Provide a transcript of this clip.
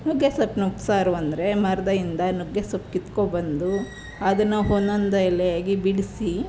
ನುಗ್ಗೆ ಸೊಪ್ಪನ್ನ ಉಪ್ಸಾರು ಅಂದರೆ ಮರದಿಂದ ನುಗ್ಗೆ ಸೊಪ್ಪು ಕಿತ್ಕೊ ಬಂದು ಅದನ್ನು ಒಂದೊಂದು ಎಲೆಗೆ ಬಿಡಿಸಿ